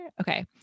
Okay